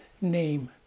name